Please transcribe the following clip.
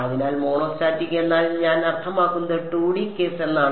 അതിനാൽ മോണോസ്റ്റാറ്റിക് എന്നാൽ ഞാൻ അർത്ഥമാക്കുന്നത് 2D കേസ് എന്നാണ്